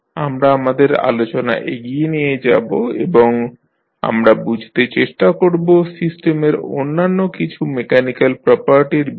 আমরা আমাদের আলোচনা এগিয়ে নিয়ে যাব এবং আমরা বুঝতে চেষ্টা করব সিস্টেমের অন্যান্য কিছু মেকানিক্যাল প্রপার্টির বিষয়ে